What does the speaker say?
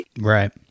Right